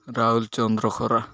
ରାହୁଲ୍ ଚନ୍ଦ୍ର ଖରା